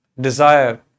desire